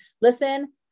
listen